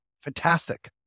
fantastic